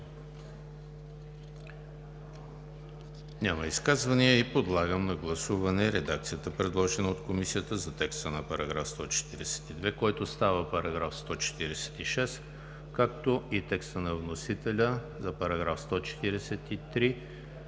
Няма изказвания. Подлагам на гласуване редакцията, предложена от Комисията за текста на § 142, който става § 146, както и текста на вносителя за § 143,